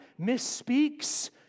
misspeaks